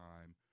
time